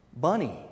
bunny